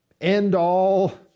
end-all